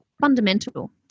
fundamental